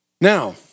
Now